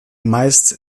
meist